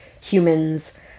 humans